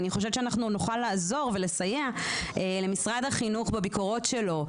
אני חושבת שנוכל לעזור ולסייע למשרד החינוך בביקורות שלו,